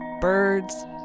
birds